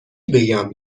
بگم